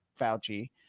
Fauci